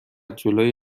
جلوی